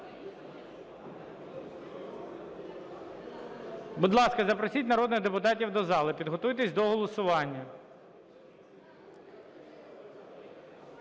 Будь ласка, запросіть народних депутатів до зали, підготуйтесь до голосування.